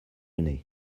nez